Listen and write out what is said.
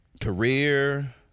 Career